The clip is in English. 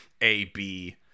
A-B